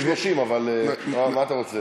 רשום פה 30, אבל מה אתה רוצה?